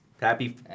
happy